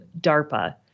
DARPA